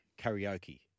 karaoke